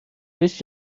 بهش